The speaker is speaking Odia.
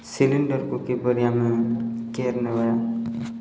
ସିଲିଣ୍ଡର୍କୁ କିପରିି ଆମେ କେଆର୍ ନେବା